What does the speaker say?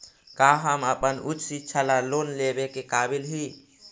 का हम अपन उच्च शिक्षा ला लोन लेवे के काबिल ही?